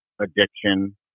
addiction